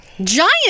Giant